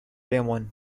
demon